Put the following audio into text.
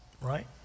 Right